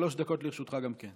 שלוש דקות גם לרשותך.